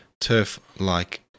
turf-like